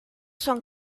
son